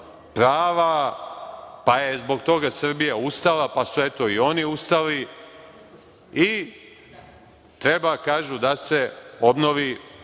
prava, pa je zbog toga Srbija ustala, pa su eto i oni ustali i treba kažu da se obnovi